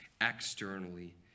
externally